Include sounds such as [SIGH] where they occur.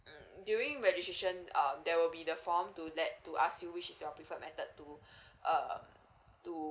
mm during registration uh there will be the form to let to ask you which is your preferred method to [BREATH] um to